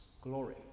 glory